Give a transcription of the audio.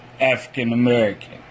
African-American